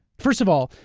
first of all,